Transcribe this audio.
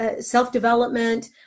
self-development